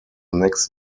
next